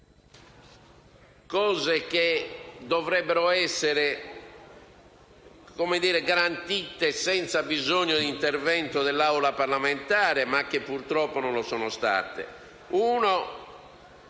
cose che dovrebbero essere garantite senza bisogno dell'intervento dell'Aula parlamentare, ma che purtroppo non lo sono state. In